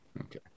Okay